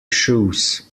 shoes